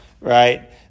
right